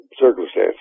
circumstances